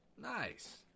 Nice